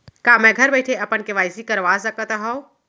का मैं घर बइठे अपन के.वाई.सी करवा सकत हव?